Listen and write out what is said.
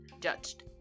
judged